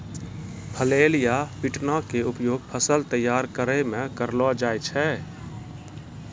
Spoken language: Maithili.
फ्लैल या पिटना के उपयोग फसल तैयार करै मॅ करलो जाय छै